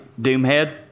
Doomhead